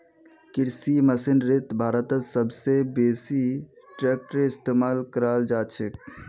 कृषि मशीनरीत भारतत सब स बेसी ट्रेक्टरेर इस्तेमाल कराल जाछेक